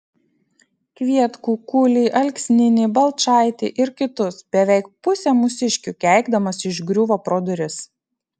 kvietkų kulį alksninį balčaitį ir kitus beveik pusę mūsiškių keikdamas išgriuvo pro duris